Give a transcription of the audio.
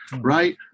right